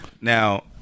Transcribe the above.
Now